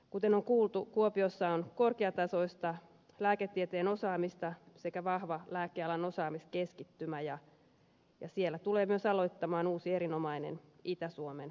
kuten on kuultu kuopiossa on korkeatasoista lääketieteen osaamista sekä vahva lääkealan osaamiskeskittymä ja siellä tulee myös aloittamaan uusi erinomainen itä suomen yliopisto